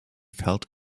felt